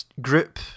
group